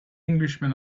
englishman